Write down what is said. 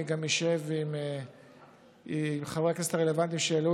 אני גם אשב עם חברי הכנסת הרלוונטיים שהעלו